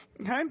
Okay